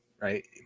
right